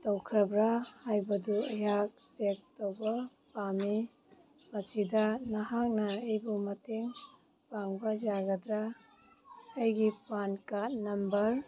ꯇꯧꯈ꯭ꯔꯕ꯭ꯔꯥ ꯍꯥꯏꯕꯗꯨ ꯑꯩꯍꯥꯛ ꯆꯦꯛ ꯇꯧꯕ ꯄꯥꯝꯃꯤ ꯃꯁꯤꯗ ꯅꯍꯥꯛꯅ ꯑꯩꯕꯨ ꯃꯇꯦꯡ ꯄꯥꯡꯕ ꯌꯥꯒꯗ꯭ꯔꯥ ꯑꯩꯒꯤ ꯄꯥꯟ ꯀꯥꯔꯠ ꯅꯝꯕꯔ